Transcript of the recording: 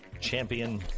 champion